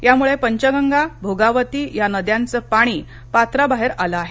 त्यामुळे पंचगंगा भोगावती या नद्यांचे पाणी पात्राबाहेर आले आहे